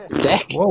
Deck